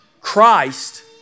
Christ